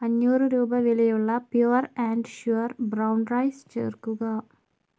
അഞ്ഞൂറ് രൂപ വിലയുള്ള pure and sure brown rice ചേർക്കുക